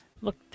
Look